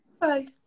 bye